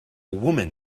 woman